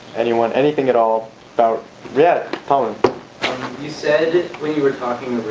and you want anything at all about yeah colin you said we were talking